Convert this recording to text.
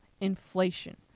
inflation